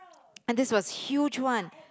and this was huge one